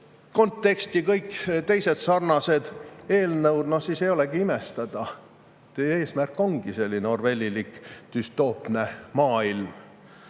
konteksti kõik teised sarnased eelnõud, siis ei olegi imestada. Teie eesmärk ongi selline orwellilik düstoopne maailm.